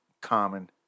common